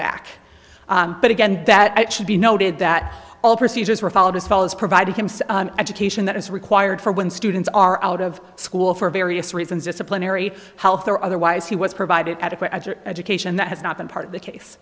back but again that it should be noted that all procedures were followed as far as providing him education that is required for when students are out of school for various reasons disciplinary health or otherwise he was provided adequate education and that has not been part of the case